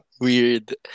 weird